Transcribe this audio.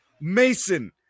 Mason